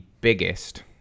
biggest